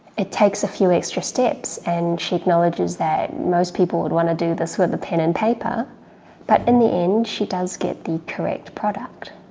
it takes a few extra steps and she acknowledges that most people would want to do this with a pen and paper but in the end she does get the correct product.